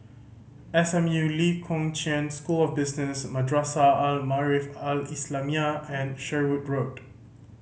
S M U Lee Kong Chian School of Business Madrasah Al Maarif Al Islamiah and Sherwood Road